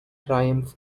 triumph